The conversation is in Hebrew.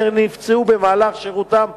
אשר נפצעו במהלך שירותם הצבאי,